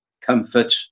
comfort